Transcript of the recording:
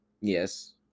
yes